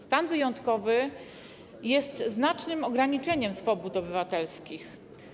Stan wyjątkowy jest znacznym ograniczeniem swobód obywatelskich.